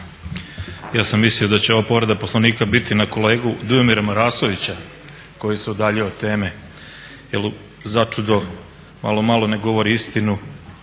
Ja sam mislio da će ova povreda Poslovnika biti na kolegu Dujomira Marasovića koji se udaljio od teme jer začudo, malo malo ne govori istinu,